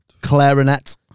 Clarinet